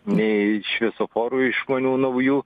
nei šviesoforų išmonių naujų